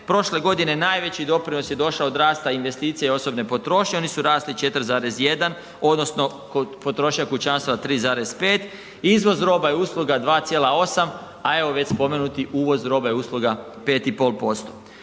prošle godine najveći doprinos je došao od rasta investicija i osobne potrošnje oni su rasli 4,1 odnosno potrošnja kućanstava 3,5. Izvoz roba i usluga 2,8, a evo već spomenuti uvoz roba i usluga 5,5%.